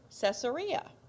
Caesarea